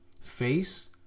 face